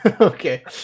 Okay